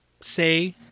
say